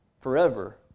forever